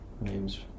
name's